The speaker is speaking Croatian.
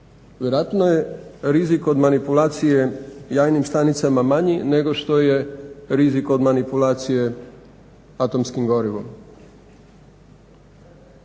Vjerojatno je rizik manipulacije jajnim stanicama manji nego što je rizik od manipulacije atomskim gorivom.